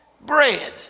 Bread